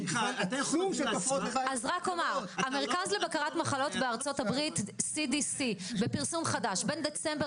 אז המרכז לבקרת מחלות בארצות הברית CDC בפרסום חדש בין דצמבר